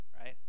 right